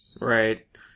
Right